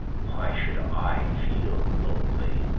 why should i feel lonely?